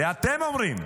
זה אתם אומרים.